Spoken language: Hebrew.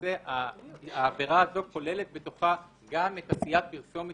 למעשה העבירה הזאת כולל בתוכה גם את עשיית פרסומת